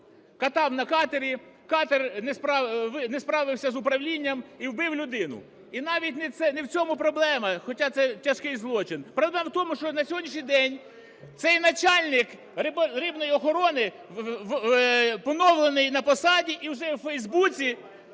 катав на катері. Катер не справився з управлінням і вбив людину. І навіть не в цьому проблема, хоча це тяжкий злочин. Проблема в тому, що на сьогоднішній день цей начальник рибної охорони поновлений на посаді і вже у Фейсбуці